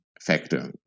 factor